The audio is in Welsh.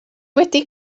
wedi